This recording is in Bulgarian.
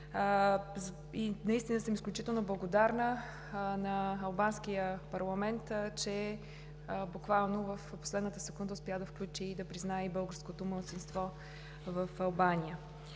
Наистина съм изключително благодарна на албанския парламент, че буквално в последната секунда успя да включи и признае българското малцинство в Албания.